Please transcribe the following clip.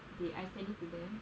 they I send it to them